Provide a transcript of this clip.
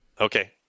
Okay